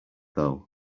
though